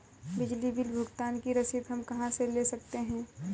बिजली बिल भुगतान की रसीद हम कहां से ले सकते हैं?